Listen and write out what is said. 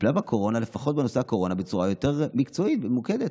טיפלה לפחות בנושא הקורונה בצורה יותר מקצועית וממוקדת.